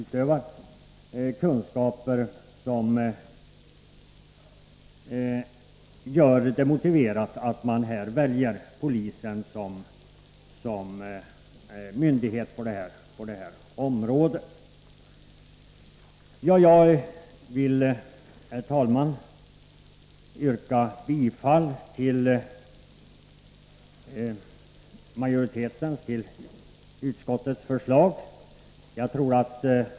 Det är kunskaper som gör det motiverat att välja polisen som tillståndsmyndighet på det här området. Jag vill, herr talman, yrka bifall till utskottsmajoritetens förslag.